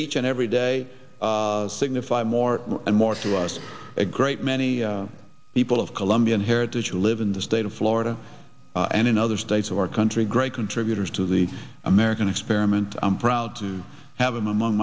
each and every day signify more and more to us a great many people of colombian heritage who live in the state of florida and in other states of our country great contributors to the american experiment i'm proud to have them among